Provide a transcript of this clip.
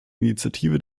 initiative